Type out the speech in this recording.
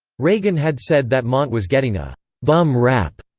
reagan had said that montt was getting a bum rap,